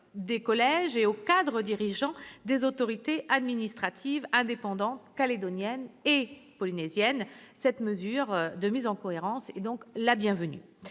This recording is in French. des collèges et aux cadres dirigeants des autorités administratives indépendantes calédoniennes et polynésiennes. Cette mesure de mise en cohérence est la bienvenue.